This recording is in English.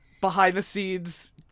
behind-the-scenes